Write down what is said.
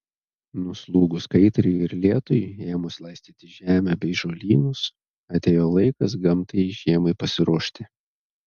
nuslūgus kaitrai ir lietui ėmus laistyti žemę bei žolynus atėjo laikas gamtai žiemai pasiruošti